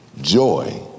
Joy